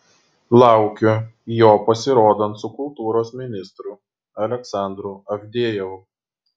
laukiu jo pasirodant su kultūros ministru aleksandru avdejevu